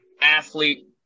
athlete